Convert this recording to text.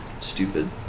Stupid